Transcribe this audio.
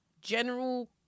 general